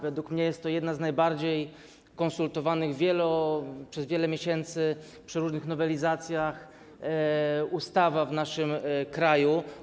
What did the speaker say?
Według mnie jest to jedna z najbardziej konsultowanych przez wiele miesięcy przy różnych nowelizacjach ustawa w naszym kraju.